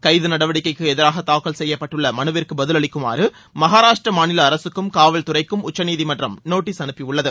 கைது நடவடிக்கைக்கு எதிராக தாக்கல் செய்யப்பட்டுள்ள மனுவிற்கு பதில் அளிக்குமாறு மகாராஷ்டிர மாநில அரசுக்கும் காவல்துறைக்கும் உச்சநீதிமன்றம் நோட்டீஸ் அனுப்பியுள்ளது